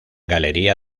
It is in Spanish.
galería